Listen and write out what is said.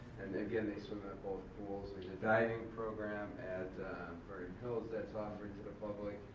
and again, they swim at both pools. there's a diving program at vernon hills that's offered to the public.